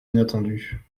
inattendues